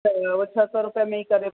त उहो छह सौ रुपया में ई करे